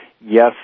yes